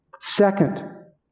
Second